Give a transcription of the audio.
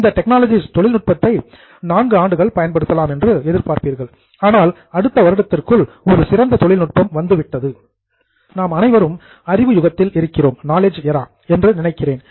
அந்த டெக்னாலஜிஸ் தொழில்நுட்பத்தை 4 ஆண்டுகள் பயன்படுத்தலாம் என்று எதிர்பார்ப்பீர்கள் ஆனால் அடுத்த வருடத்திற்குள் ஒரு சிறந்த தொழில்நுட்பம் வந்துவிட்டது நாம் அனைவரும் நாலெட்ஜ் இரா அறிவு யுகத்தில் இருக்கிறோம் என்று நினைக்கிறேன்